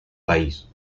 país